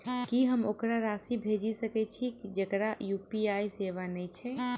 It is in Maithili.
की हम ओकरा राशि भेजि सकै छी जकरा यु.पी.आई सेवा नै छै?